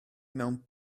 mewn